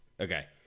Okay